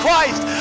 Christ